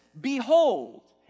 behold